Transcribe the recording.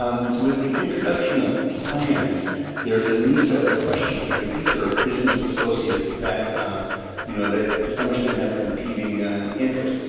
um with the introduction of plans there's a new set of questions because these are business associates that you know to some extent have competing interests.